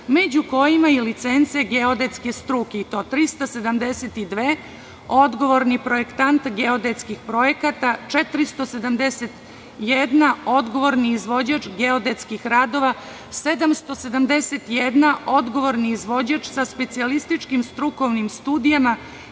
među kojima i licence geodetske struke, i to 372 – odgovorni projektant geodetskihprojekata, 471 - odgovorni izvođač geodetskih radova, 771 – odgovorni izvođač sa specijalističkim strukovnim studijama